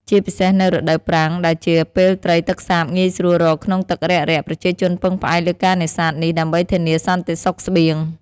ជាពិសេសនៅរដូវប្រាំង ដែលជាពេលត្រីទឹកសាបងាយស្រួលរកក្នុងទឹករាក់ៗ ប្រជាជនពឹងផ្អែកលើការនេសាទនេះដើម្បីធានាសន្តិសុខស្បៀង។